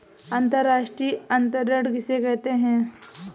अंतर्राष्ट्रीय अंतरण किसे कहते हैं?